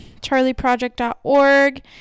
charlieproject.org